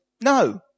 no